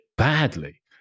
badly